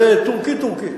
זה טורקי-טורקי,